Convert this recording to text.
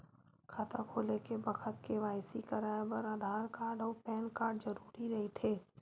खाता खोले के बखत के.वाइ.सी कराये बर आधार कार्ड अउ पैन कार्ड जरुरी रहिथे